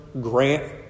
grant